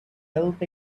helped